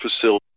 facility